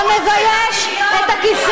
אני גם אתבע אותך דיבה.